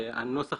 הנוסח